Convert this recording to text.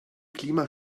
klima